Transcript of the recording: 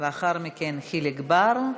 לאחר מכן, חיליק בר,